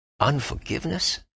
Unforgiveness